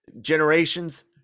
generations